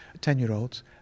ten-year-olds